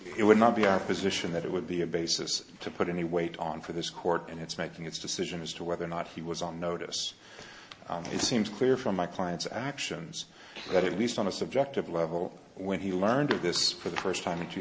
it would not be our position that it would be a basis to put any weight on for this court and it's making its decision as to whether or not he was on notice it seems clear from my client's actions that at least on a subjective level when he learned of this for the first time in two